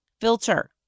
filter